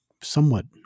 somewhat